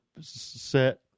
set